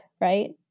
right